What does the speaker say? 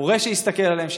מורה שיסתכל עליהם,